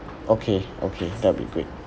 okay okay that'll be great